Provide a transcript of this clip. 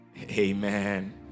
Amen